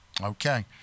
Okay